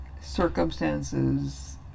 circumstances